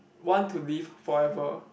want to live forever